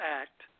act